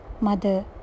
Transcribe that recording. Mother